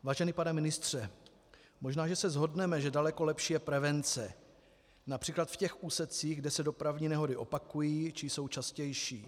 Vážený pane ministře, možná že se shodneme, že daleko lepší je prevence, například v těch úsecích, kde se dopravní nehody opakují či jsou častější.